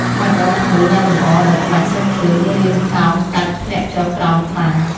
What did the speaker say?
ក្បាច់ដងធ្នូដែលលម្អ ដោយក្បាច់ស្លឹកឈើមានរាងកោងកាច់ធ្លាក់ចុះក្រោមខ្លាំង។